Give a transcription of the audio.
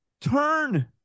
Turn